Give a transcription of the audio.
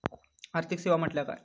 आर्थिक सेवा म्हटल्या काय?